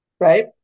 Right